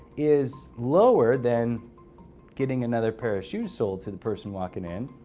is lower than getting another pair of shoes sold to the person walking in,